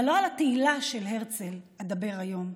אבל לא על התהילה של הרצל אדבר היום.